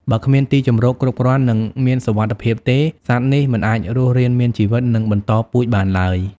បើគ្មានទីជម្រកគ្រប់គ្រាន់ និងមានសុវត្ថិភាពទេ សត្វនេះមិនអាចរស់រានមានជីវិត និងបន្តពូជបានឡើយ។